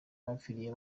bapfiriye